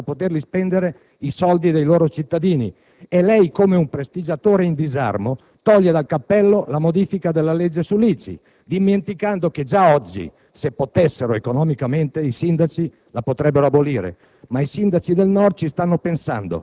dei cittadini stessi. Questi Comuni devono accantonare, senza poterli spendere, i soldi dei loro cittadini. E lei, come un prestigiatore in disarmo, toglie dal cappello la modifica della legge sull'ICI, dimenticando che già oggi, se potessero economicamente, i sindaci